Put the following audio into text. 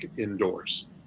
indoors